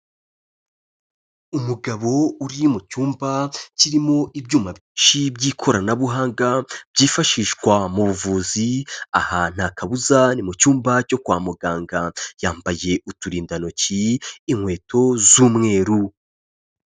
Umugabo uri mu cyumba kirimo ibyuma byinshi by'ikoranabuhanga byifashishwa mu buvuzi, ahantu nta kabuza ni mu cyumba cyo kwa muganga, yamba uturindantoki, inkweto z'umweru.